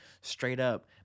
straight-up